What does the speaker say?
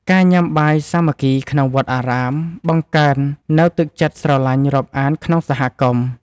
ការញ៉ាំបាយសាមគ្គីក្នុងវត្តអារាម បង្កើននូវទឹកចិត្តស្រឡាញ់រាប់អានក្នុងសហគមន៍។